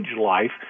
life